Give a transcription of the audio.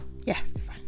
Yes